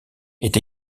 est